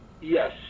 Yes